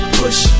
push